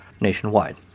nationwide